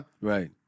Right